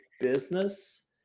business